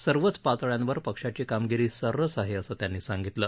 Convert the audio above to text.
सर्वच पातळ्यांवर पक्षाची कामगिरी सरस आहे असं त्यांनी सांगितलं